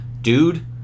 dude